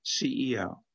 CEO